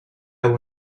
will